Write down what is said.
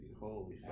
holy